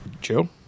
Joe